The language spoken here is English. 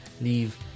leave